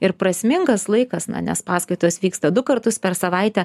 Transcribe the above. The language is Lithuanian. ir prasmingas laikas nes paskaitos vyksta du kartus per savaitę